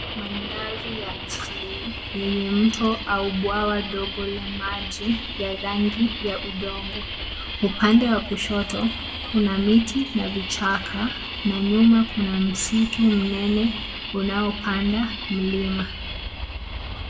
Mandhari ya asili yenye mto au bwawa dogo la maji ya rangi ya udongo. Upande wa kushoto kuna miti na vichaka na nyuma kuna msitu nene unaopanda mlima.